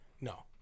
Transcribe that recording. No